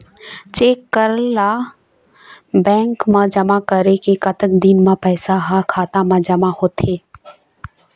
Cheque ला bank मा जमा करे के कतक दिन मा पैसा हा खाता मा जमा होथे थे?